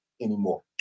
anymore